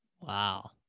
Wow